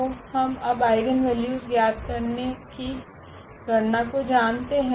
तो हम अब आइगनवेल्यूस ज्ञात करने की गणना को जानते है